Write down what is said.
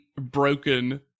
broken